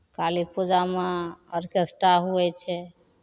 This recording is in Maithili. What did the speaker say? काली पूजामे ओर्केस्ट्रा होइ छै